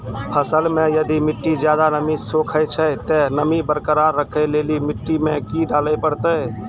फसल मे यदि मिट्टी ज्यादा नमी सोखे छै ते नमी बरकरार रखे लेली मिट्टी मे की डाले परतै?